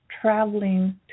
traveling